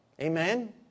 Amen